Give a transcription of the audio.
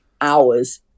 hours